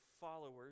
followers